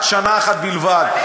עד שנה אחת בלבד.